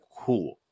Cool